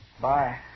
Bye